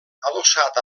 adossat